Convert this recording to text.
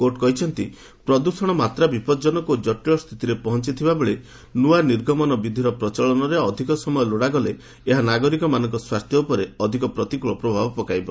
court କହିଛନ୍ତି ପ୍ରଦୂଷଣମାତ୍ରା ବିପଜନକ ଏବଂ ଜଟିଳ ସ୍ଥିତିରେ ପହଞ୍ଚିଥିବାବେଳେ ନୂଆ ନିର୍ଗମନ ବିଧିର ପ୍ରଚଳନରେ ଅଧିକ ସମୟ ଲୋଡ଼ାଗଲେ ଏହା ନାଗରିକମାନଙ୍କ ସ୍ୱାସ୍ଥ୍ୟ ଉପରେ ଅଧିକ ପ୍ରତିକୂଳ ପ୍ରଭାବ ପକାଇବ